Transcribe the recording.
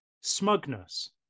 smugness